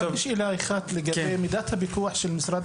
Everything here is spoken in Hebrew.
רק שאלה אחת לגבי מידת הפיקוח של משרד